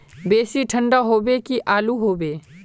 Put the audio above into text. बेसी ठंडा होबे की आलू होबे